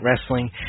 wrestling